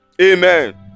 amen